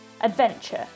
Adventure